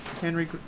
Henry